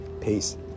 Peace